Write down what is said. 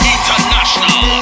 International